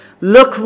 Look